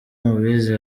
mubizi